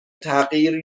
تغییر